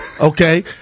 Okay